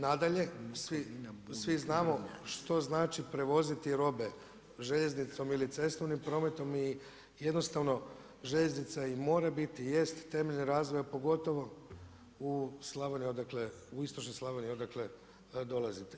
Nadalje, svi znamo što znači prevoziti robe željeznicom ili cestovnim prometom i jednostavno željeznica i mora biti i jest temelj razvoja pogotovo u Slavoniji odakle, u istočnoj Slavoniji odakle dolazite.